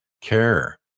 care